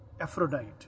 Aphrodite